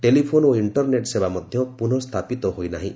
telephone ଓ internet ସେବା ମଧ୍ୟ ପୁର୍ନସ୍ଥାପିତ ହୋଇନାହିଁ